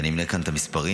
כשאני מונה פה את המספרים.